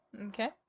Okay